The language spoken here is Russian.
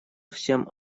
всем